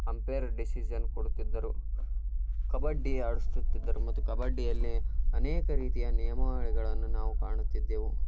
umpire decision ಕೊಡುತ್ತಿದ್ದರು ಕಬಡ್ಡಿ ಆಡ್ಸುತ್ತಿದ್ದರು ಮತ್ತು ಕಬಡ್ಡಿಯಲ್ಲಿ ಅನೇಕ ರೀತಿಯ ನಿಯಮಾವಳಿಗಳನ್ನು ನಾವು ಕಾಣುತ್ತಿದ್ದೆವು